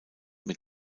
mit